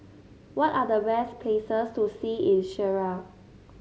what are the best places to see in Syria